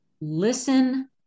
listen